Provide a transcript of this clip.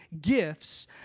gifts